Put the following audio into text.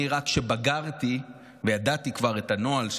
רק כשבגרתי וידעתי כבר את הנוהל,